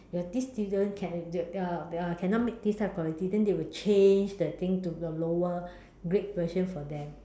you have this student can uh uh cannot make this type quality then they will change the thing to the lower grade version for them